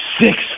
six